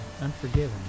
unforgiving